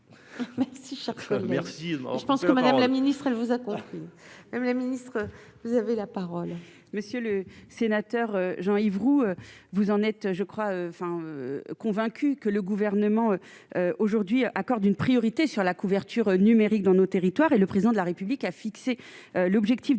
Si chaque fois merci je pense que Madame la Ministre, vous a quoi M. le ministre, vous avez la parole. Monsieur le sénateur Jean-Yves Roux, vous en êtes je crois enfin, convaincu que le gouvernement aujourd'hui accorde une priorité sur la couverture numérique dans nos territoires et le président de la République a fixé l'objectif